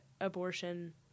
abortion